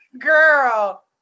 Girl